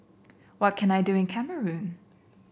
what can I do in Cameroon